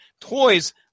Toys